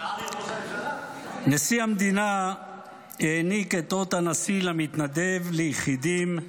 נשיא המדינה העניק את אות הנשיא למתנדב, ליחידים,